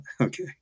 okay